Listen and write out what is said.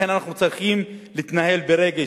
לכן, אנו צריכים להתנהל ברגש.